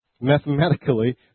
mathematically